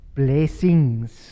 blessings